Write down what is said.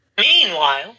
Meanwhile